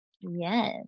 Yes